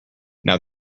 now